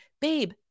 babe